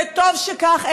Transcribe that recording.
וטוב שכך,